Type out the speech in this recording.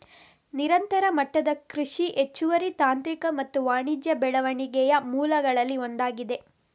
ನಿರಂತರ ಮಟ್ಟದ ಕೃಷಿ ಹೆಚ್ಚುವರಿ ತಾಂತ್ರಿಕ ಮತ್ತು ವಾಣಿಜ್ಯ ಬೆಳವಣಿಗೆಯ ಮೂಲಗಳಲ್ಲಿ ಒಂದಾಗಿದೆ